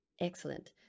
Excellent